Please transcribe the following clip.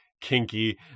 kinky